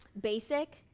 basic